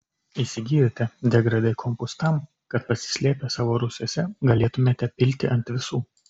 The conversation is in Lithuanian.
įsigijote degradai kompus tam kad pasislėpę savo rūsiuose galėtumėte pilti ant visų